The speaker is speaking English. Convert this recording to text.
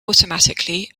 automatically